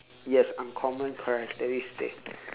yes uncommon characteristic